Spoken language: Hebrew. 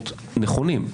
פחות נכונים.